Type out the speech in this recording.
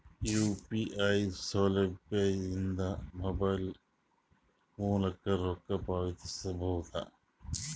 UPI ಸೌಲಭ್ಯ ಇಂದ mobile ಮೂಲಕ ರೊಕ್ಕ ಪಾವತಿಸ ಬಹುದಾ?